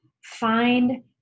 find